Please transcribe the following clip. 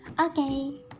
Okay